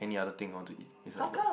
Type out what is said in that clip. any other thing you want to eat is like the